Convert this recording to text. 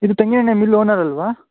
ಇದು ತೆಂಗಿನೆಣ್ಣೆ mill owner ಅಲ್ವಾ